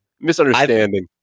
Misunderstanding